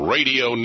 Radio